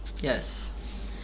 Yes